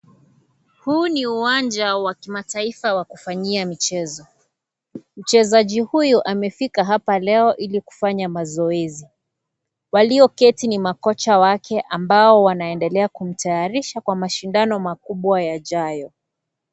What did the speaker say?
Huu ni uwanja wa kimataifa wa kufanyia michezo, mchezaji huyu amefika hapa leo ili kufanya mazoezi, walioketi ni makocha wake ambao wanaendelea kumtayarisha kwa mashindano yajayo.